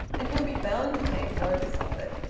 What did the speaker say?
and he'll be bound to take notice of it.